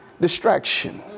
distraction